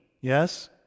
yes